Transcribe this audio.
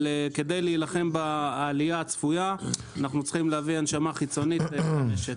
כדי להילחם בעלייה הצפויה אנחנו צריכים להביא הנשמה חיצונית למשק.